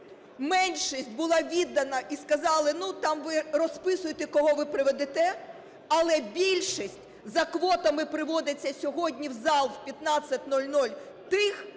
Меншість була віддана, і сказали, ну, там ви розписуйте, кого ви приведете, але більшість за квотами приводиться сьогодні в зал о 15:00 тих,